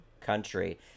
Country